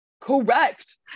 Correct